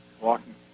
walking